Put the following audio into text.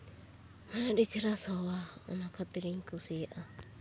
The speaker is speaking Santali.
ᱟᱹᱰᱤ ᱪᱮᱨᱦᱟ ᱥᱚᱣᱟ ᱚᱱᱟ ᱠᱷᱟᱹᱛᱤᱨᱤᱧ ᱠᱩᱥᱤᱣᱟᱜᱼᱟ